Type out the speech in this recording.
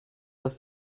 das